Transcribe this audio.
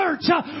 church